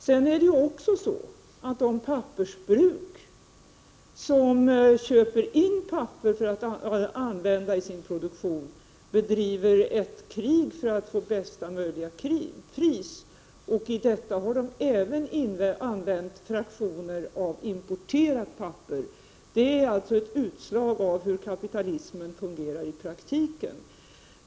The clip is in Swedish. Sedan är det också så att de pappersbruk som köper in papper för att använda i sin produktion bedriver ett krig för att få bästa möjliga pris. I detta har de även använt fraktioner av importerat papper. Det är alltså ett utslag av hur kapitalismen fungerar i praktiken.